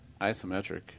isometric